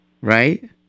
right